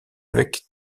avec